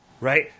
right